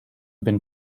been